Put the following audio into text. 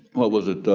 what was it?